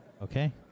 okay